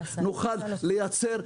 נוכל לייצר,